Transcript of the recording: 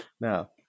Now